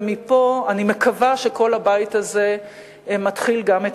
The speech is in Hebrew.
ומפה אני מקווה שכל הבית הזה מתחיל גם את